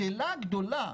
השאלה הגדולה,